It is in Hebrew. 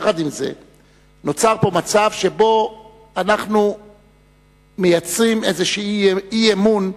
נוצר פה מצב שאנחנו מייצרים איזשהו אי-אמון,